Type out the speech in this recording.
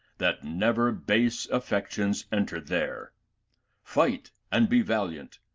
that never base affections enter there fight and be valiant,